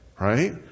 right